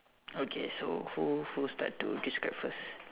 okay so who who start to describe first